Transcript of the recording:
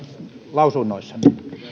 lausunnoissanne